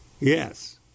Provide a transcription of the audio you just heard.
Yes